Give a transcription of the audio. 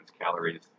calories